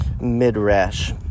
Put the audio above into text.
midrash